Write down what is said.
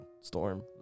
storm